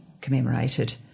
commemorated